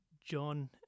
John